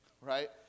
Right